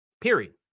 Period